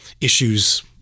issues